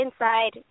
inside